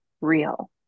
real